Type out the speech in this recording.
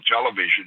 television